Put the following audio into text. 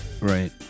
right